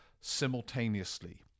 simultaneously